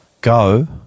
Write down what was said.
go